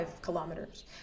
kilometers